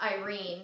irene